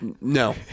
No